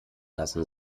lassen